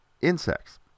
insects